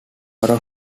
number